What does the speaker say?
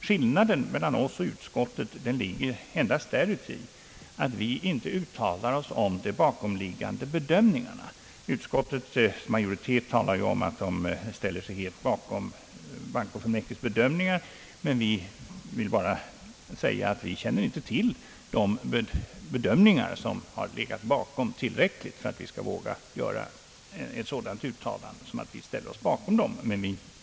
Skillnaden mellan oss och utskottet ligger endast däri, att vi inte uttalar oss om de bakomliggande bedömningarna. Utskottsmajoriteten talar om att de ställer sig bakom bankofullmäktiges bedöm ningar. Vi vill bara säga att vi inte tillräckligt känner de bedömningar, som har legat bakom, för att vi skall våga göra ett sådant uttalande.